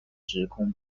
时空